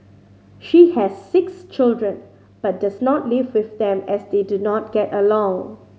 she has six children but does not live with them as they do not get along